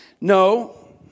No